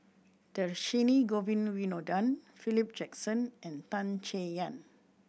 Dhershini Govin Winodan Philip Jackson and Tan Chay Yan